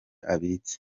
abitse